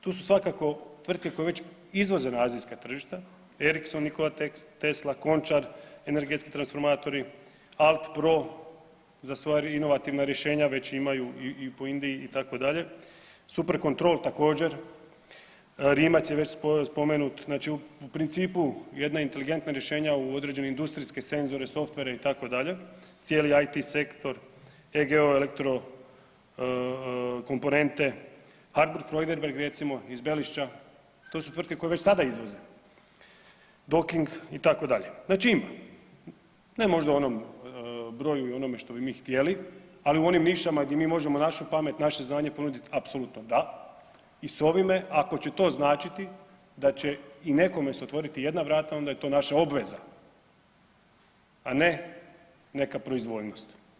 Tu su svakako tvrtke koje već izvoze na azijska tržišta, Ericsson, Nikola Tesla, Končar, Energetski transformatori, Altpro, za sva inovativna rješenja već imaju i po Indiji itd., SuperControl također, Rimac je već spomenut, znači u principu jedna inteligentna rješenja u određene industrijske senzore softvere itd., cijeli IT sektor, EGO Elektro-komponente, Harburg-Freudenberger recimo iz Belišća, to su tvrtke koje već sada izvoze, Dok-Ing itd., znači ima, ne možda u onom broju i onome što bi mi htjeli, ali u onim nišama gdje mi možemo našu pamet i naše znanje ponudit apsolutno da i s ovime ako će to značiti da će i nekome se otvoriti ijedna vrata onda je to naša obveza, a ne neka proizvoljnost.